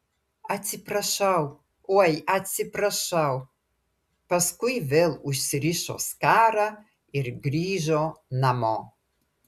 atsiprašau oi atsiprašau paskui vėl užsirišo skarą ir grįžo namo